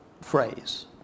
phrase